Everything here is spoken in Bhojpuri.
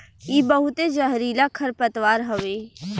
इ बहुते जहरीला खरपतवार हवे